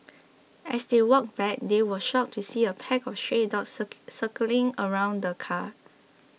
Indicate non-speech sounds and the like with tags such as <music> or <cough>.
as they walked back they were shocked to see a pack of stray dogs <unintelligible> circling around the car